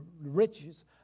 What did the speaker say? riches